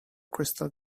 crystal